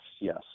yes